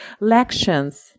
Lections